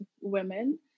women